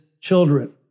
children